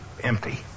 Empty